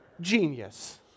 Genius